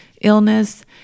illness